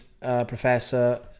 professor